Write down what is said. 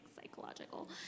psychological